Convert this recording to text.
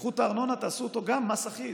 תיקחו את הארנונה, תעשו גם אותה מס אחיד.